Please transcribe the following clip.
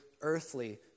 earthly